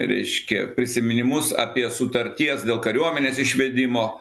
reiškia prisiminimus apie sutarties dėl kariuomenės išvedimo